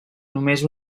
només